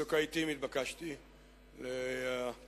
בצוק העתים נתבקשתי להשיב